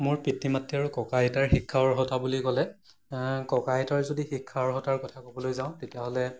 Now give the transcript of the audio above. মোৰ পিতৃ মাতৃ আৰু ককা আইতাৰ শিক্ষা অৰ্হতা বুলি ক'লে ককা আইতাৰ যদি শিক্ষা অৰ্হতাৰ কথা ক'বলৈ যাওঁ তেতিয়াহ'লে